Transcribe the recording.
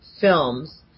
films